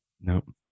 Nope